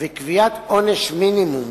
וקביעת עונש מינימום,